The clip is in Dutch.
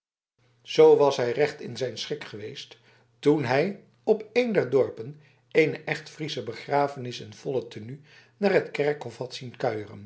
zoo was hij recht in zijn schik geweest toen hij op een der dorpen een echt friesche begrafenis in volle tenue naar het kerkhof had zien